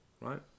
right